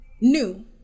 new